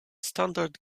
standard